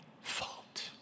fault